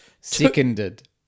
seconded